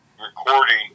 recording